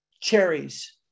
cherries